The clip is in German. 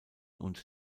und